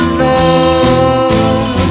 love